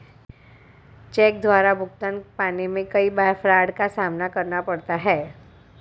check द्वारा भुगतान पाने में कई बार फ्राड का सामना करना पड़ता है